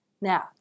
Now